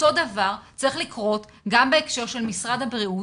אותו דבר צריך לקרות גם בהקשר של משרד הבריאות,